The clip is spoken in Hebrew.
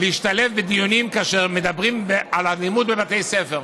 משתלבת בדיונים כאשר מדברים על אלימות בבתי ספר,